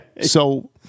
So-